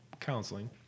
counseling